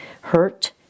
hurt